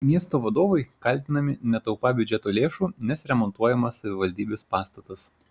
miesto vadovai kaltinami netaupą biudžeto lėšų nes remontuojamas savivaldybės pastatas